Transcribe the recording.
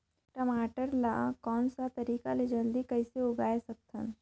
टमाटर ला कोन सा तरीका ले जल्दी कइसे उगाय सकथन?